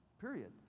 period